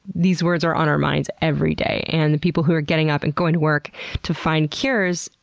these words are on our minds every day and the people who are getting up and going to work to find cures,